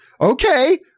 Okay